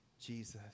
Jesus